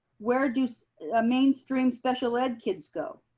where do mainstream special ed kids go?